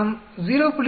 நாம் 0